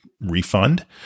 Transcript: refund